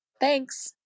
Thanks